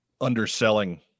underselling